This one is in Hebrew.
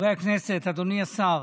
חברי הכנסת, אדוני השר,